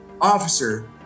officer